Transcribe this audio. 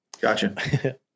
gotcha